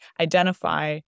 identify